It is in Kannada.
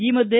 ಈ ಮಧ್ಯೆ